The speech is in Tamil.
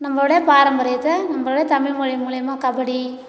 நம்மளோடைய பாரம்பரியத்தை நம்மளோடய தமிழ் மொழி மூலிமா கபடி